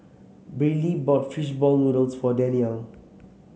Briley bought fish ball noodles for Daniele